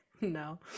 No